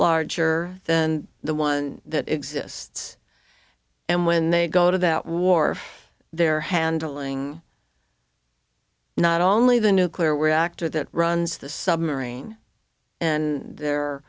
larger than the one that exists and when they go to that war they're handling not only the nuclear were actor that runs the submarine and they're